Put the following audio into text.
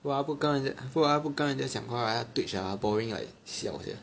如果他不跟如果他不跟人家讲话他的 Twitch ah boring like siao